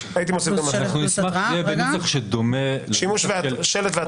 אנחנו נשמח שזה יהיה בנוסח שדומה --- או שלט או התראה.